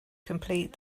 complete